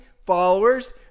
followers